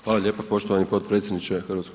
Hvala lijepo poštovani potpredsjedniče HS.